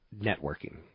networking